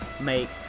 Make